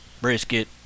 brisket